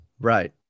Right